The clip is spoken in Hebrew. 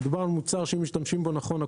מדובר על מוצר שכשמשתמשים בו נכון אז